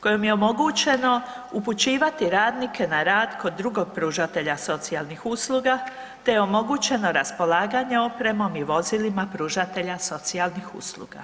kojom je omogućeno upućivati radnike na rad kod drugog pružatelja socijalnih usluga te je omogućeno raspolaganje opremom i vozilima pružatelja socijalnih usluga.